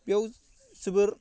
बेयाव जोबोर